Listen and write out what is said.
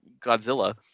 Godzilla